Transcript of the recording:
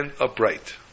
upright